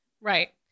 Right